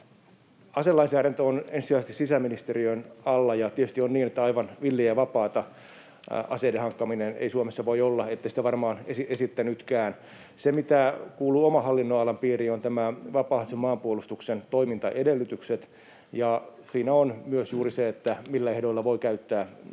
Aselainsäädäntö on ensisijaisesti sisäministeriön alla, ja tietysti on niin, että aivan villiä ja vapaata aseiden hankkiminen ei Suomessa voi olla. Ette sitä varmaan esittänytkään. Se, mitä kuuluu oman hallinnonalani piiriin, on vapaaehtoisen maanpuolustuksen toimintaedellytykset. Siinä on myös juuri se, millä ehdoilla voi käyttää